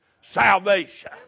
salvation